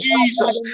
Jesus